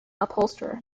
upholsterer